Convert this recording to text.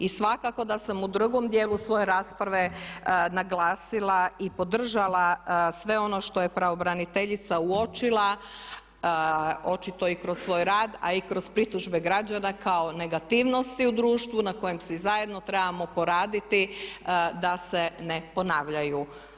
I svakako da sam u drugom djelu svoje rasprave naglasila i podržala sve ono što je pravobraniteljica uočila, očito i kroz svoj rad a i kroz pritužbe građana kao negativnosti u društvu na kojima svi zajedno trebamo poraditi da se ne ponavljaju.